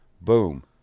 Boom